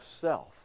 self